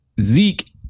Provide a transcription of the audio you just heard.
Zeke